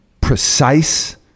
precise